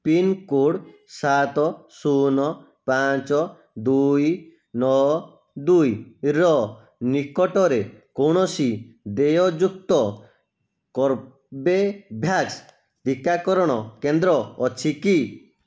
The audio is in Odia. ପିନ୍କୋଡ଼୍ ସାତ ଶୂନ ପାଞ୍ଚ ଦୁଇ ନଅ ଦୁଇର ନିକଟରେ କୌଣସି ଦେୟଯୁକ୍ତ କର୍ବେଭ୍ୟାକ୍ସ ଟିକାକରଣ କେନ୍ଦ୍ର ଅଛି କି